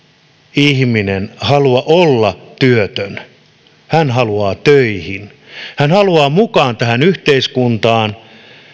ihminen halua olla työtön hän haluaa töihin hän haluaa mukaan tähän yhteiskuntaan